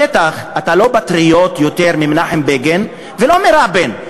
בטח אתה לא פטריוט יותר ממנחם בגין ולא יותר מרבין,